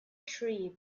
tree